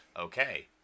okay